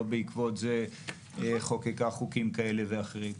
בעקבות זה חוקקה חוקים כאלה ואחרים,